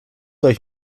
euch